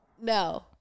No